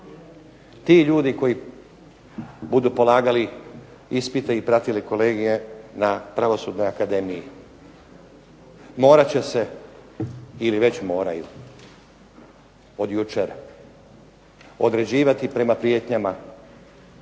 Ti ljudi koji budu polagali ispite i pratili kolegije na Pravosudnoj akademiji morat će se ili već moraju od jučer određivati prema prijetnjama